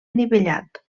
anivellat